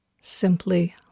simply